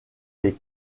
les